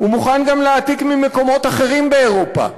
הא מוכן גם להעתיק ממקומות אחרים באירופה.